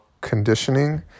conditioning